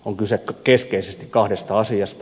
on kyse keskeisesti kahdesta asiasta